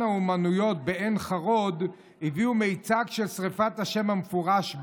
האומנויות בעין חרוד הביאו מיצג של שרפת השם המפורש,